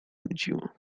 nudziło